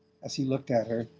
as he looked at her.